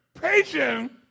patience